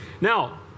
Now